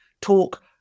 talk